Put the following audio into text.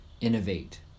innovate